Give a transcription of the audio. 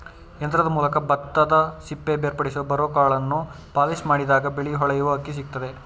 ಯಂತ್ರದ ಮೂಲಕ ಭತ್ತದಸಿಪ್ಪೆ ಬೇರ್ಪಡಿಸಿ ಬರೋಕಾಳನ್ನು ಪಾಲಿಷ್ಮಾಡಿದಾಗ ಬಿಳಿ ಹೊಳೆಯುವ ಅಕ್ಕಿ ಸಿಕ್ತದೆ